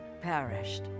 perished